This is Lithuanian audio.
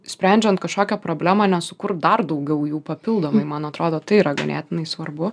sprendžiant kažkokią problemą nesukurt dar daugiau jų papildomai man atrodo tai yra ganėtinai svarbu